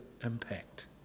impact